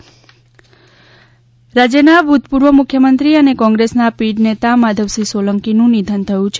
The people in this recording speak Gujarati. માધવસિંહ સોલંકી રાજ્યનાં ભુતપુર્વ મુખ્યમંત્રી અને કોંગ્રેસના પીઢ નેતા માધવસિંહ સોલંકીનું નિધન થયું છે